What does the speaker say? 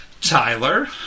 Tyler